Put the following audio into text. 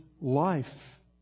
life